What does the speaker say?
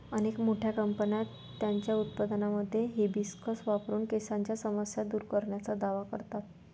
अनेक मोठ्या कंपन्या त्यांच्या उत्पादनांमध्ये हिबिस्कस वापरून केसांच्या समस्या दूर करण्याचा दावा करतात